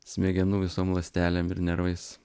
smegenų visom ląstelėm ir nervais